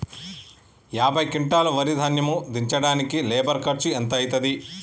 యాభై క్వింటాల్ వరి ధాన్యము దించడానికి లేబర్ ఖర్చు ఎంత అయితది?